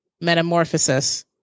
metamorphosis